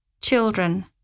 Children